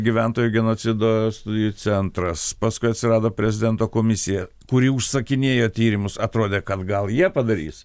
gyventojų genocido studijų centras paskui atsirado prezidento komisija kuri užsakinėjo tyrimus atrodė kad gal jie padarys